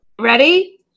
Ready